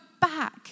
back